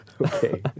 Okay